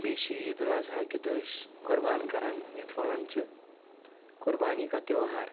بیٚیہِ چھِ عید الاضحی کہِ دۄہ أسۍ قۄربان کران یتھ ونان چھِ قربانی کا تیہوار